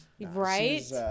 Right